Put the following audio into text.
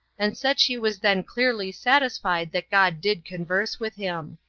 and said she was then clearly satisfied that god did converse with him.